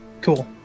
Cool